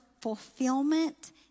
fulfillment